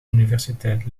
universiteit